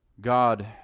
God